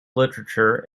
literature